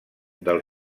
del